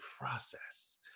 process